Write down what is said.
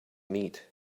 meat